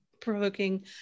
provoking